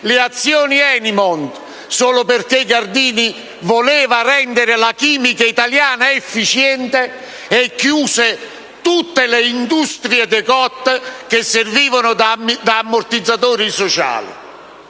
le azioni Enimont, solo perché quest'ultimo voleva rendere la chimica italiana efficiente chiudendo tutte le industrie decotte che servivano da ammortizzatori sociali.